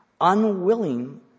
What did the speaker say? unwilling